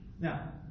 Now